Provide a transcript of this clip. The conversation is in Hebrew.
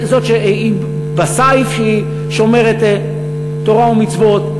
שהיא שומרת תורה ומצוות,